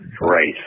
Right